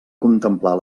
contemplar